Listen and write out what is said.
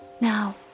Now